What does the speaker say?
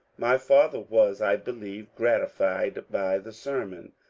my father was, i believe, gratified by the ser mon,